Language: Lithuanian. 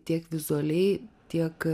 tiek vizualiai tiek